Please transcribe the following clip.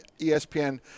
ESPN